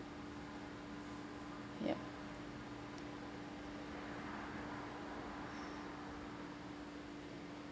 ya